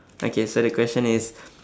okay so the question is